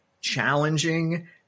challenging